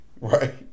right